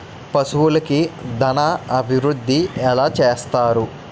పశువులకు దాన అభివృద్ధి ఎలా చేస్తారు?